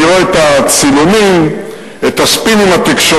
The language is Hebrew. אני רואה את הצילומים, את הספינים התקשורתיים.